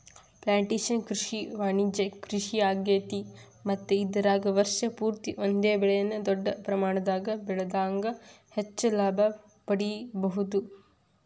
plantation ಕೃಷಿ ವಾಣಿಜ್ಯ ಕೃಷಿಯಾಗೇತಿ ಮತ್ತ ಇದರಾಗ ವರ್ಷ ಪೂರ್ತಿ ಒಂದೇ ಬೆಳೆನ ದೊಡ್ಡ ಪ್ರಮಾಣದಾಗ ಬೆಳದಾಗ ಹೆಚ್ಚ ಲಾಭ ಪಡಿಬಹುದ